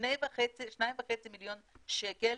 2.5 מיליון שקל